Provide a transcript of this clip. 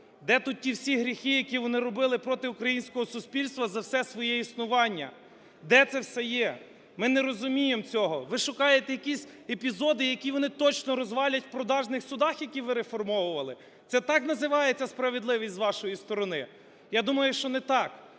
де тут ті всі гріхи, які вони робили проти українського суспільства за все своє існування, де це все є? Ми не розуміємо цього. Ви шукаєте якісь епізоди, які вони точно розвалять в продажних судах, які ви реформовували? Це так називається справедливість з вашої сторони. Я думаю, що не так.